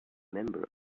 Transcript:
member